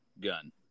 gun